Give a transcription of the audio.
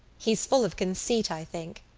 he's full of conceit, i think.